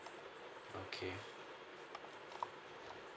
okay